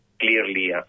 clearly